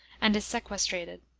and is sequestrated.